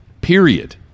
period